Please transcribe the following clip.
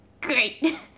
great